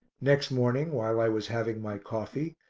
next morning, while i was having my coffee,